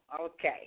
Okay